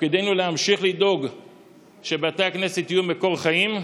תפקידנו הוא להמשיך לדאוג שבתי הכנסת יהיו מקור חיים,